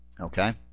Okay